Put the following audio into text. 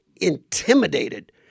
intimidated